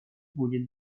будет